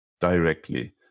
directly